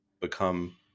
become